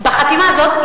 בחתימה הזאת,